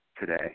today